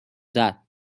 that